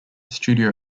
studio